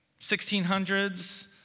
1600s